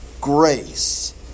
Grace